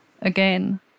again